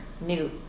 new